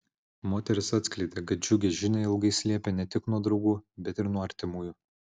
moteris atskleidė kad džiugią žinią ilgai slėpė ne tik nuo draugų bet ir nuo artimųjų